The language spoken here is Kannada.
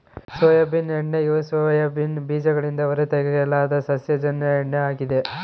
ಸೋಯಾಬೀನ್ ಎಣ್ಣೆಯು ಸೋಯಾಬೀನ್ ಬೀಜಗಳಿಂದ ಹೊರತೆಗೆಯಲಾದ ಸಸ್ಯಜನ್ಯ ಎಣ್ಣೆ ಆಗಿದೆ